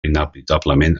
inevitablement